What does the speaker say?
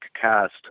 cast